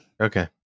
Okay